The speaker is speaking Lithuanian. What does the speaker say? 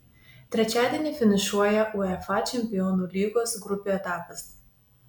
trečiadienį finišuoja uefa čempionų lygos grupių etapas